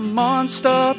monster